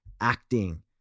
acting